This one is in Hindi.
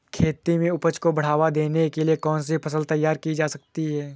खेती में उपज को बढ़ावा देने के लिए कौन सी फसल तैयार की जा सकती है?